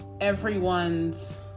everyone's